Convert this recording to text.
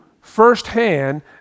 firsthand